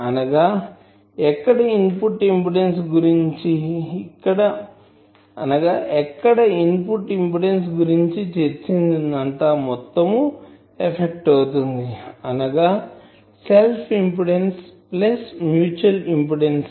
అనగా ఎక్కడ input impedance గురించి చర్చించినదంతా మొత్తం ఎఫెక్ట్ అవుతుంది అనగా self impedance plus mutual impedance